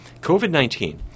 COVID-19